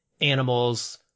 animals